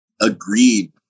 agreed